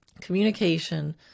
communication